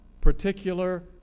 particular